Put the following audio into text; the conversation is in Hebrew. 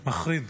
מחריד.